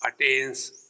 attains